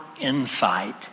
insight